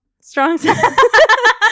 strong